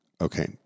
okay